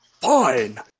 Fine